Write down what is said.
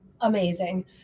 amazing